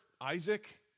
Isaac